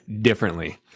differently